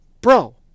bro